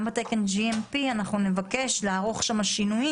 גם בתקן GMP נבקש לערוך שם שינויים